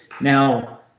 Now